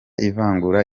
ivangura